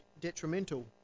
detrimental